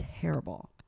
terrible